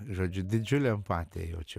žodžiu didžiulę empatiją jaučiu